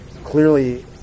clearly